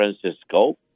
Francisco